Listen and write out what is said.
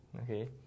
Okay